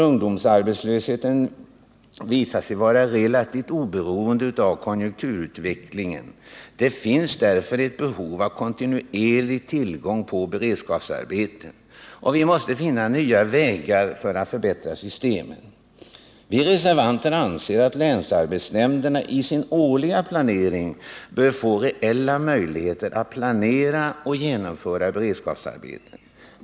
Ungdomsarbetslösheten har visat sig vara relativt oberoende av konjunkturutvecklingen, och det finns därför ett behov av kontinuerlig tillgång på beredskapsarbeten. Vi måste finna nya vägar att förbättra systemet, och vi reservanter anser att länsarbetsnämnderna i sin årliga planering bör få reella möjligheter att planera och genomföra beredskapsarbeten.